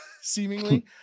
seemingly